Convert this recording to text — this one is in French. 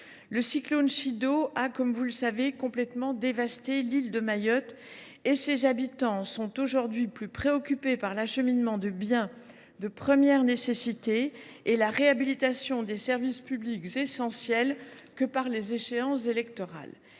le cyclone Chido a complètement dévasté Mayotte, dont les habitants sont aujourd’hui plus préoccupés par l’acheminement de biens de première nécessité et par la réhabilitation des services publics essentiels que par les échéances électorales.